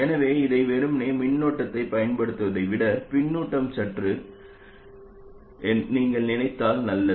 எனவே இதை வெறுமனே மின்னோட்டத்தைப் பயன்படுத்துவதை விட பின்னூட்ட சுற்று என்று நீங்கள் நினைத்தால் நல்லது